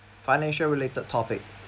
financial related topic